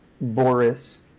Boris